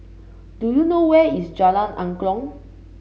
do you know where is Jalan Angklong